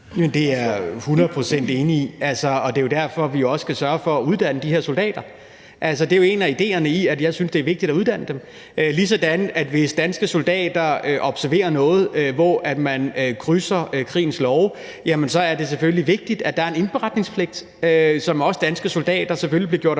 procent enig i, og det er jo derfor, vi også skal sørge for at uddanne de her soldater. Det er jo en af idéerne i, at jeg synes, det er vigtigt at uddanne dem, ligesom hvis danske soldater observerer noget, hvor man overtræder krigens love. Så er det selvfølgelig vigtigt, at der er en indberetningspligt, som også danske soldater selvfølgelig er